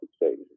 exchange